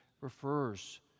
refers